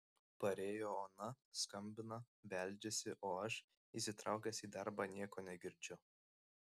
parėjo ona skambina beldžiasi o aš įsitraukęs į darbą nieko negirdžiu